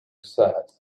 sad